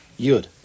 Yud